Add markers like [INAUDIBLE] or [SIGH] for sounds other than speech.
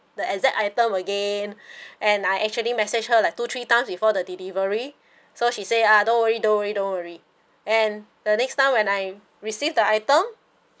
the exact item again [BREATH] and I actually messaged her like two three times before the delivery so she say ah don't worry don't worry don't worry and the next time when I received the item